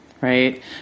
Right